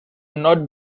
not